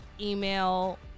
email